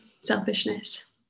selfishness